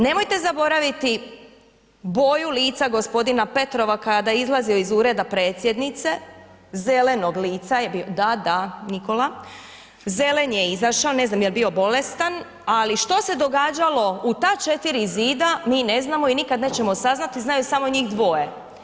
Nemojte zaboraviti boju lica g. Petrova kada je izlazio iz Ureda Predsjednice, zelenog lica je bio, da, da, Nikola, zelen je izašao, ne znam je li bio bolestan ali što se događalo u ta 4 zida, mi ne znamo i nikad nećemo saznati, znaju samo njih dvoje.